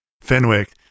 Fenwick